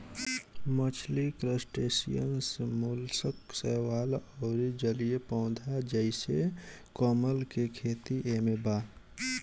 मछली crustaceans molluscs शैवाल अउर जलीय पौधा जइसे कमल के खेती एमे बा